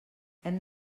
hem